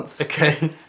Okay